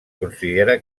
considera